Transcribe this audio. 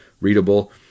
readable